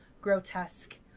grotesque